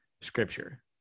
scripture